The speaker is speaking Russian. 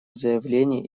заявление